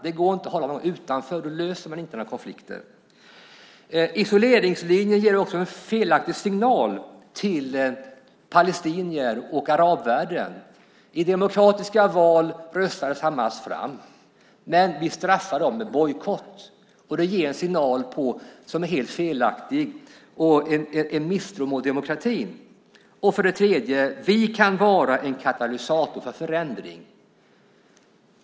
Det går inte att hålla någon utanför. Då löser man inte några konflikter. Isoleringslinjen ger också en felaktig signal till palestinier och arabvärlden. I demokratiska val röstades Hamas fram, men vi straffar dem med bojkott. Det ger en signal som är helt felaktig och en misstro mot demokratin. Sedan kan vi vara en katalysator för förändring.